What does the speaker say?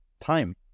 time